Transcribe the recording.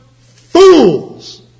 fools